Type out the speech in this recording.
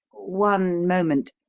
one moment.